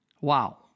Wow